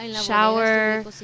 shower